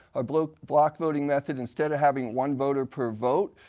ah block block voting method instead of having one voter per vote,